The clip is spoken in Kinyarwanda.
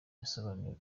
yasobanuye